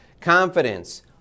confidence